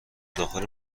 داخل